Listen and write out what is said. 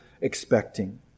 expecting